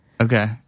Okay